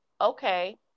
Okay